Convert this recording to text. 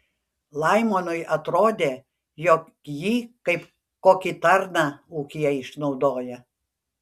laimonui atrodė jog jį kaip kokį tarną ūkyje išnaudoja